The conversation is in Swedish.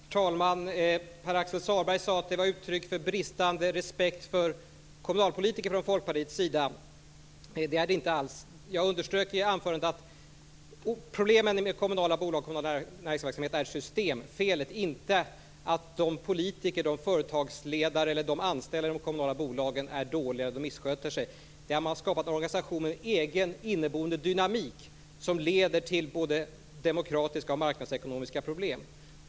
Herr talman! Pär-Axel Sahlberg sade att vi från Folkpartiets sida visar bristande respekt för kommunalpolitiker. Det gör vi inte alls. Jag underströk i anförandet att problemet med kommunala bolag och kommunal näringsverksamhet är systemfelet, inte att politiker, företagsledare eller anställda i de kommunala bolagen är dåliga och missköter sig. Man har skapat en organisation med en egen, inneboende dynamik som leder till både demokratiska och marknadsekonomiska problem.